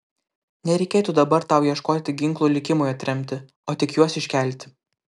nereikėtų dabar tau ieškoti ginklų likimui atremti o tik juos iškelti